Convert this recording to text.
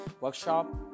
workshop